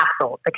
capsule